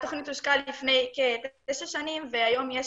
התכנית הושקה לפני כתשע שנים והיום יש